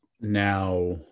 Now